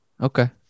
okay